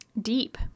deep